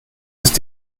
ist